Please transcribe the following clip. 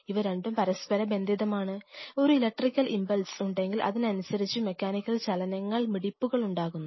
ഇവ രണ്ടും പരസ്പര ബന്ധിതമാണ് ഒരു ഇലക്ട്രിക്കൽ ഇൻപൾസ് ഉണ്ടെങ്കിൽ അതിനനുസരിച്ച് മെക്കാനിക്കൽ ചലനങ്ങൾ മിടിപ്പുകൾ ഉണ്ടാകുന്നു